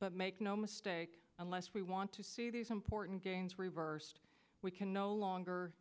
but make no mistake unless we want to see these important gains reversed we can no longer